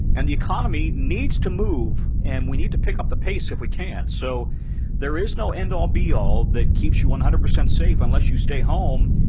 and the economy needs to move, and we need to pick up the pace, if we can. so there is no end all, be all that keeps you one hundred percent safe, unless you stay home.